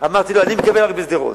אמרתי לו: אני מקבל, אבל בשדרות.